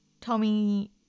Tommy